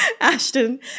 Ashton